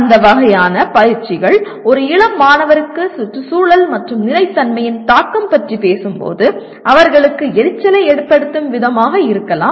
அந்த வகையான பயிற்சிகள் ஒரு இளம் மாணவருக்கு சுற்றுச்சூழல் மற்றும் நிலைத்தன்மையின் தாக்கம் பற்றி பேசும்போது அவர்களுக்கு எரிச்சலை ஏற்படுத்தும் விதமாக இருக்கலாம்